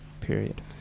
period